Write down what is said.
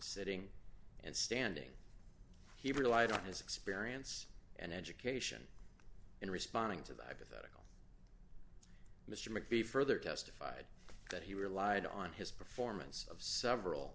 sitting and standing he relied on his experience and education in responding to that i did mr mcveigh further testified that he relied on his performance of several